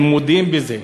הם מודים בזה.